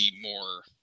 more